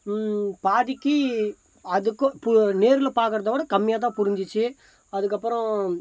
பாதிக்கு அதுக்கும் இப்போ நேரில் பார்க்குறதோட கம்மியாகதான் புரிஞ்சிச்சு அதுக்கப்புறம்